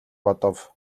бодов